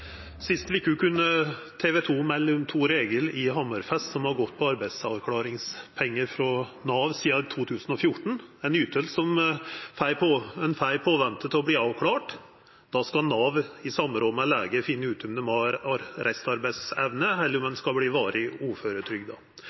Sist veke kunne TV 2 melda om Thor-Egil i Hammerfest, som har gått på arbeidsavklaringspengar frå Nav sidan 2014, ei yting som ein får mens ein ventar på avklaring. Då skal Nav i samråd med lege finna ut om ein har restarbeidsevne, eller om ein skal verta varig